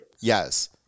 yes